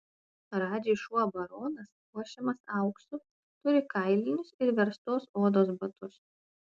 radži šuo baronas puošiamas auksu turi kailinius ir verstos odos batus